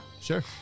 Sure